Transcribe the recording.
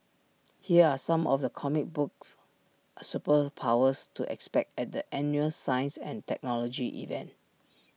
here are some of the comic books superpowers to expect at the annual science and technology event